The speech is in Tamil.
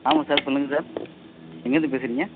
ஆமாங்க சார் சொல்லுங்கள் சார் எங்கிருந்து பேசுறீங்க